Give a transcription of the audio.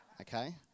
Okay